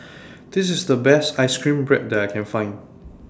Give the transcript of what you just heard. This IS The Best Ice Cream Bread that I Can Find